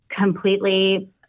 completely